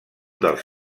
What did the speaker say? dels